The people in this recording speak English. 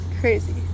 crazy